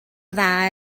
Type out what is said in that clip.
dda